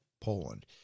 Poland